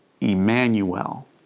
Emmanuel